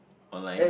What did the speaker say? online